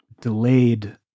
delayed